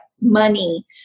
money